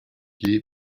gué